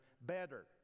better